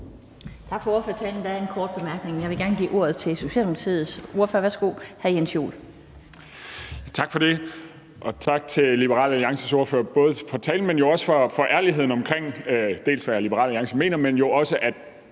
Tak for ordførertalen. Der er en kort bemærkning. Jeg vil gerne give ordet til Socialdemokratiets ordfører. Værsgo, hr. Jens Joel. Kl. 11:38 Jens Joel (S): Tak for det. Og tak til Liberal Alliances ordfører, både for talen, men jo også for ærligheden om, hvad Liberal Alliance mener, og om, at